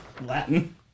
Latin